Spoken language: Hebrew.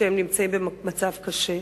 כשהם במצב קשה.